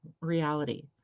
reality